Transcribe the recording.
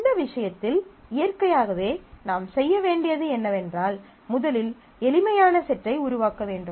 இந்த விஷயத்தில் இயற்கையாகவே நாம் செய்ய வேண்டியது என்னவென்றால் முதலில் எளிமையான செட்டை உருவாக்க வேண்டும்